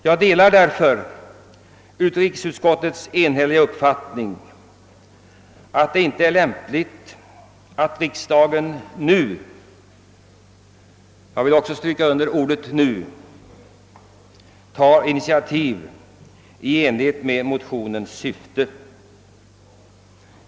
Jag delar därför utrikesutskottets enhälliga uppfattning att det inte är lämpligt att riksdagen nu — jag understryker ordet nu — tar initiativ i enlighet med motionens syfte.